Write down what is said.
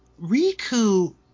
Riku